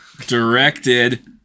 directed